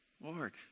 Lord